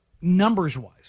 numbers-wise